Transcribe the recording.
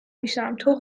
میشم، تو